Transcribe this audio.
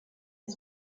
est